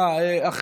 אולי תקרא שמות?